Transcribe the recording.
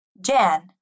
Jan